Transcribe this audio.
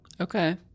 Okay